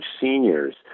seniors